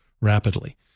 rapidly